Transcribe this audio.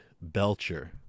Belcher